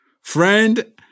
Friend